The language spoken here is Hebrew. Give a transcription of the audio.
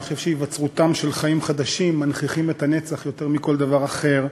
אני חושב שהיווצרותם של חיים חדשים מנכיחה את הנצח יותר מכל דבר אחר,